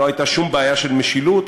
ולא הייתה שום בעיה של משילות,